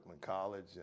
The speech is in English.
College